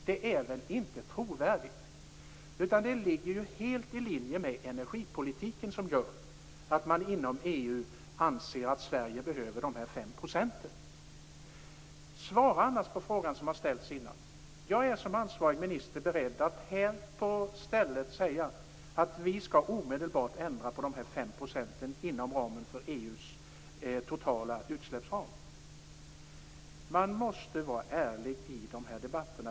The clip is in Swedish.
Det är inte trovärdigt. Det ligger helt i linje med energipolitiken. Den gör att man inom EU anser att Sverige behöver dessa 5 %. Svara på frågan som har ställts tidigare! Anna Lindh bör ange att hon som ansvarig minister är beredd att här på stället säga att vi omedelbart skall ändra på det som sagts om de 5 % inom ramen för Man måste vara ärlig i dessa debatter.